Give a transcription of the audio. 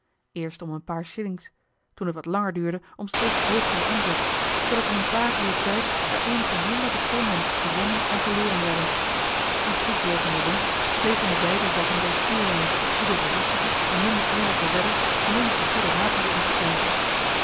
eerst om een paar shillings toen het wat lang duurde om steeds hoogeren inzet zoodat in een paar uur tijds er eenige honderden ponden gewonnen en verloren werden een goed deel van de winst gleed in de wijde zakken der stuurlui die den voorzichtigen en minder eerlijken wedders menigen goeden raad hadden ingefluisterd